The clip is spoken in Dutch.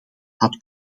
had